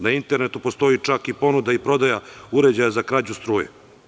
Na internetu postoji čak i ponuda i prodaja uređaja za krađu struje.